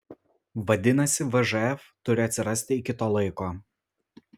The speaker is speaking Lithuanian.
vadinasi vžf turi atsirasti iki to laiko